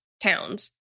towns